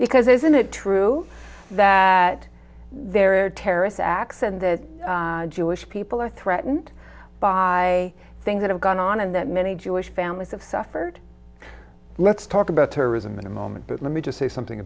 because isn't it true that there are terrorist acts and that jewish people are threatened by things that have gone on and that many jewish families have suffered let's talk about terrorism in a moment but let me just say something